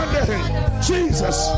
Jesus